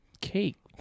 cake